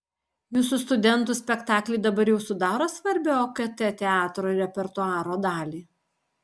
jūsų studentų spektakliai dabar jau sudaro svarbią okt teatro repertuaro dalį